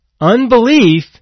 Unbelief